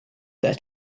their